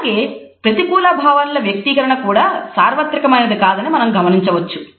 అలాగే ప్రతికూల భావనల వ్యక్తీకరణ కూడా సార్వత్రిక మైనది కాదని మనం గమనించవచ్చు